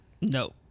No